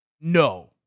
no